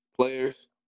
Players